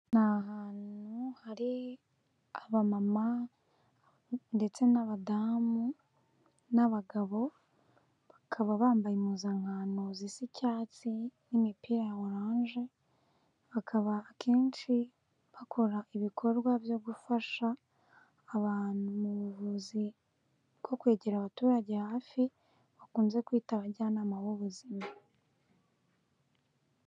Ni aantu hari abamama ndetse n'abadamu n'abagabo bakaba bambaye impuzankano zisa icyatsi n'imipira ya orange bakaba akenshi bakora ibikorwa byo gufasha abantu mu buvuzi bwo kwegera abaturage hafi bakunze kwita abajyanama b'ubuzima.